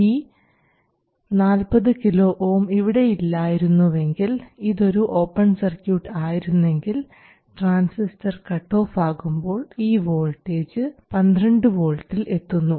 ഈ 40 kilo ohm ഇവിടെ ഇല്ലായിരുന്നുവെങ്കിൽ ഇതൊരു ഓപ്പൺ സർക്യൂട്ട് ആയിരുന്നെങ്കിൽ ട്രാൻസിസ്റ്റർ കട്ട് ഓഫ് ആകുമ്പോൾ ഈ വോൾട്ടേജ് 12 വോൾട്ടിൽ എത്തുന്നു